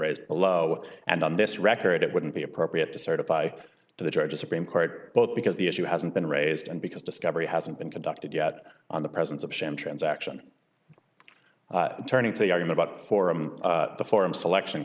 raised a low and on this record it wouldn't be appropriate to certify to the georgia supreme court both because the issue hasn't been raised and because discovery hasn't been conducted yet on the presence of sham transaction turning to him about forum and the forum selection